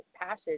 passage